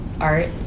art